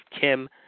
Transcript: Kim